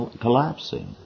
collapsing